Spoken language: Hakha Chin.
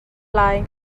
lai